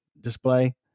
display